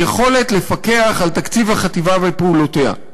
יכולת לפקח על תקציב החטיבה ועל פעולותיה.